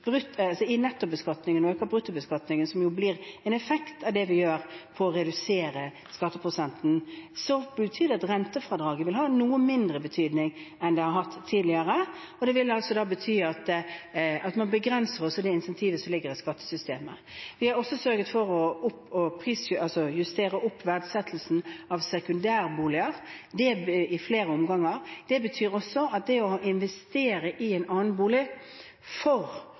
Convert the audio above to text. nettobeskatningen og øker bruttobeskatningen, som blir en effekt av det vi gjør ved å redusere skatteprosenten, betyr det at rentefradraget vil ha noe mindre betydning enn det har hatt tidligere, og det vil også bety at man begrenser det incentivet som ligger i skattesystemet. Vi har også sørget for å justere opp verdsettelsen av sekundærboliger i flere omganger. Det betyr også at det å investere i en annen bolig for